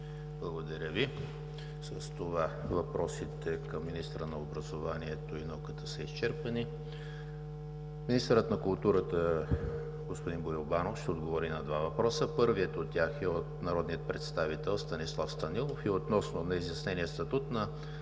благодаря Ви. С това въпросите към министъра на образованието и науката са изчерпани. Министърът на културата господин Боил Банов ще отговори на два въпроса. Първият от тях е от народния представител Станислав Станилов относно неизяснения статут на